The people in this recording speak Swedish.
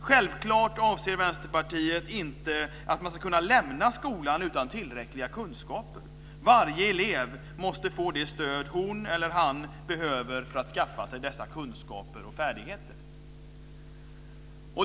Självklart avser Vänsterpartiet inte att man ska kunna lämna skolan utan tillräckliga kunskaper. Varje elev måste få det stöd han eller hon behöver för att skaffa sig dessa kunskaper och färdigheter.